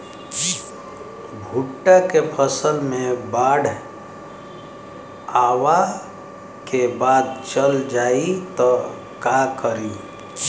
भुट्टा के फसल मे बाढ़ आवा के बाद चल जाई त का करी?